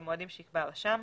במועדים שיקבע הרשם.